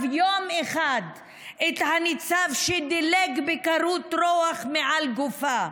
יום אחד את הניצב שדילג בקור רוח מעל גופה.